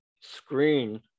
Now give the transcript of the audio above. screen